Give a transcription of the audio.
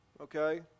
okay